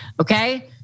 Okay